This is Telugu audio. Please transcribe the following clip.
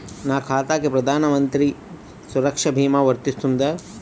నా ఖాతాకి ప్రధాన మంత్రి సురక్ష భీమా వర్తిస్తుందా?